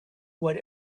what